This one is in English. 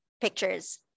pictures